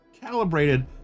calibrated